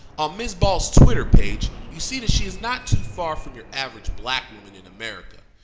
on ms. ball's twitter page, you see that she is not too far from your average black woman in america.